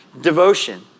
devotion